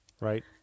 right